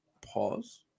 pause